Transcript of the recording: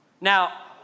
Now